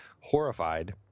horrified